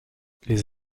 les